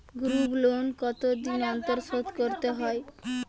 Group loan কতদিন অন্তর শোধকরতে হয়?